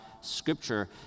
Scripture